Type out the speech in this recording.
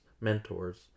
mentors